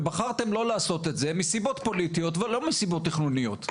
ובחרתם לא לעשות את זה מסיבות פוליטיות ולא מסיבות תכנוניות.